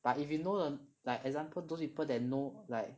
but if you know like the example those people that know like